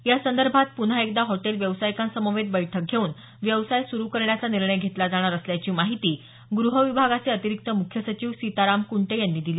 यासंदभोत पुन्हा एकदा हॉटेल व्यावसायिकांसमवेत बैठक घेऊन व्यवसाय सुरु करण्याचा निर्णय घेतला जाणार असल्याची माहिती गृह विभागाचे अतिरिक्त मुख्य सचिव सीताराम कुंटे यांनी दिली